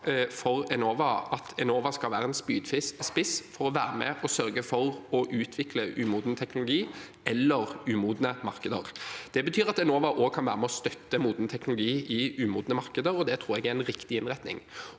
20. mar. – Muntlig spørretime 2024 å være med og sørge for å utvikle umoden teknologi eller umodne markeder. Det betyr at Enova kan være med og støtte moden teknologi i umodne markeder, og det tror jeg er en riktig innretning.